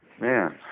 Man